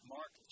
Mark